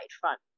front